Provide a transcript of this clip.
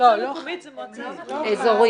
לא חל.